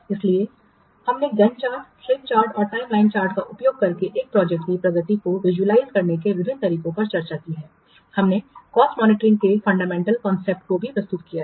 इसलिए हमने Gantt chart slip chart और टाइमलाइन चार्ट का उपयोग करके एक प्रोजेक्ट की प्रगति को विजुलाइज करने के विभिन्न तरीकों पर चर्चा की है हमने कॉस्ट मॉनिटरिंग के फंडामेंटल कॉन्सेप्ट को भी प्रस्तुत किया है